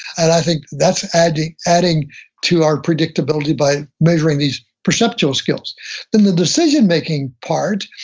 and i think that's adding adding to our predictability by measuring these perceptual skills then the decision-making part,